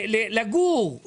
לגור.